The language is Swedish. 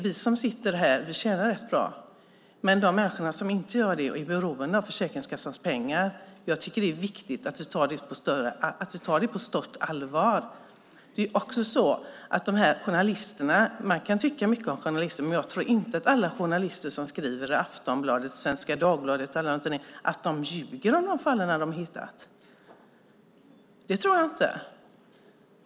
Vi som sitter här tjänar rätt bra, men de människor som inte gör det och är beroende av Försäkringskassans pengar tycker jag att det är viktigt att vi tar på stort allvar. Man kan tycka mycket om journalister, men jag tror inte att alla journalister som skriver i Aftonbladet, Svenska Dagbladet och andra tidningar ljuger om de fall som de hittat. Det tror jag inte.